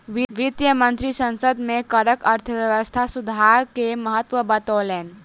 वित्त मंत्री संसद में करक अर्थव्यवस्था सुधार के महत्त्व बतौलैन